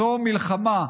זו מלחמה,